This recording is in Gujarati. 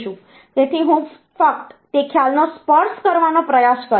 તેથી હું ફક્ત તે ખ્યાલોને સ્પર્શ કરવાનો પ્રયાસ કરીશ